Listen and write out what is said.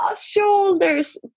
shoulders